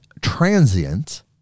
transient